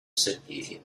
city